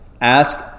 Ask